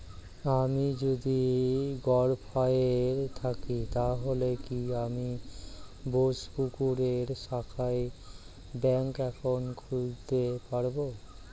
আমি যদি গরফায়ে থাকি তাহলে কি আমি বোসপুকুরের শাখায় ব্যঙ্ক একাউন্ট খুলতে পারবো?